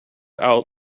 out